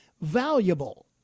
valuable